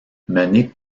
menée